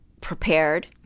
prepared